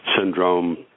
syndrome